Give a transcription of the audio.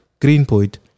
Greenpoint